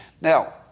Now